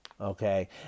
Okay